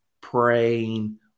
praying